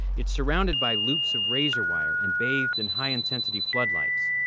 it's surrounded by loops of razor wire and bathed in high-intensity floodlights.